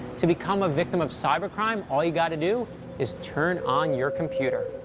to become a victim of cybercrime, all you got to do is turn on your computer.